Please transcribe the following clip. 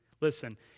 Listen